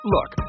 Look